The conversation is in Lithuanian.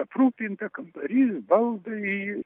aprūpinta kambarys baldai